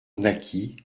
naquit